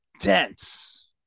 dense